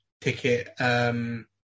ticket